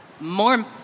more